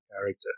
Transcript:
character